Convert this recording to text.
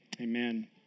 Amen